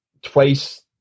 Twice